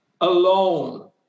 alone